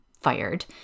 fired